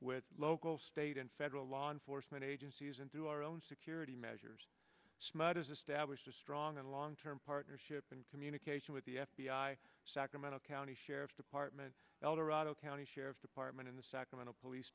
with local state and federal law enforcement agencies and through our own security measures smudge is established a strong and long term partnership and communication with the f b i sacramento county sheriff's department eldorado county sheriff's department in the sacramento police